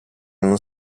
non